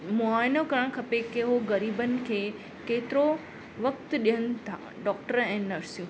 मुआइनो करणु खपे की हो ग़रीबनि खे केतिरो वक़्तु ॾियनि था डॉक्टर ऐं नर्सियूं